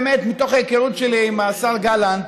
באמת מתוך ההיכרות שלי עם השר גלנט,